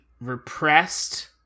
repressed-